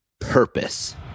Purpose